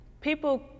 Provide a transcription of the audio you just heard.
people